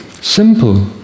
Simple